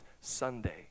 Sunday